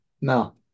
No